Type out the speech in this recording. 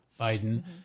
Biden